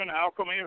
alchemy